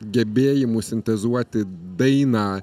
gebėjimu sintezuoti dainą